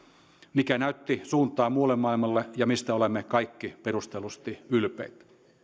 mikä näytti suuntaa muulle maailmalle ja mistä olemme kaikki perustellusti ylpeitä